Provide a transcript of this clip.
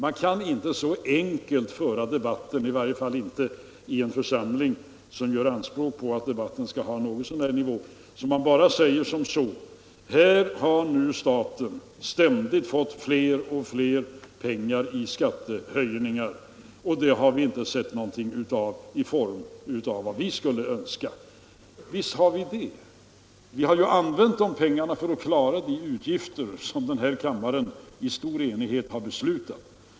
Man kan inte så enkelt föra debatten, i varje fall inte i en församling som gör anspråk på att debatten skall ha något så när hög nivå, att man bara säger att här har staten ständigt fått mer och mer pengar genom skattehöjningar, och det har vi inte sett något resultat av i form av vad vi skulle önska. Visst har vi det! Vi har ju använt dessa pengar för att klara de utgifter som den här kammaren i stor enighet beslutat.